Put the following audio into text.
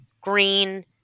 green